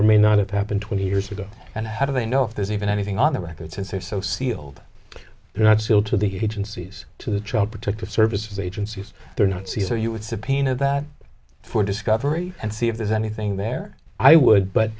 or may not have happened twenty years ago and how do they know if there's even anything on the record since they are so sealed they're not sealed to the agencies to the child protective services agencies they're not see so you would subpoena that for discovery and see if there's anything there i would but